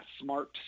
smart